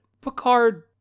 picard